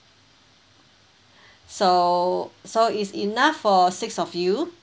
so so it's enough for six of you